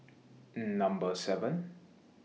Number seven